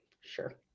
sure